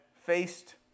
faced